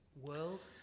world